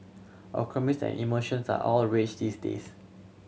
acronyms and emoticons are all rage these days